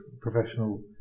professional